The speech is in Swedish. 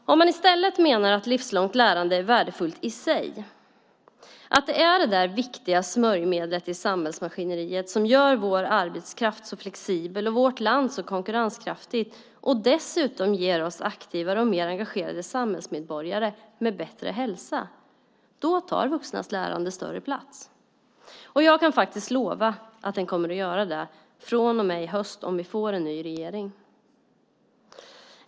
Om man i stället menar att livslångt lärande är värdefullt i sig, att det är det viktiga smörjmedel i samhällsmaskineriet som gör vår arbetskraft så flexibel och vårt land så konkurrenskraftigt och som dessutom ger oss aktivare och mer engagerade samhällsmedborgare med bättre hälsa, tar vuxnas lärande större plats. Jag kan faktiskt lova att det kommer att göra det från och med i höst, om vi får en ny regering.